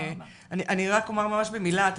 אני רק אומר ממש במילה.